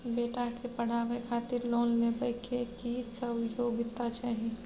बेटा के पढाबै खातिर लोन लेबै के की सब योग्यता चाही?